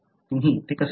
तुम्ही ते कसे करता